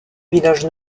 village